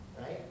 right